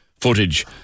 footage